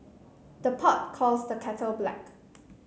the pot calls the kettle black